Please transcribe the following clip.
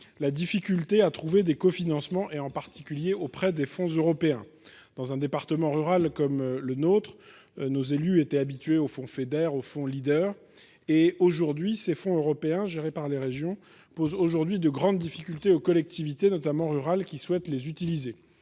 la difficulté à trouver des cofinancements et en particulier auprès des fonds européens dans un département rural comme le nôtre. Nos élus étaient habitués aux fonds Feder au fond leader et aujourd'hui ces fonds européens gérés par les régions pose aujourd'hui de grandes difficultés aux collectivités notamment rurales qui souhaite les utiliser.